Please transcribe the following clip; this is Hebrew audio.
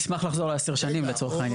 נשמח לחזור לעשר שנים, לצורך העניין.